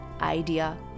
idea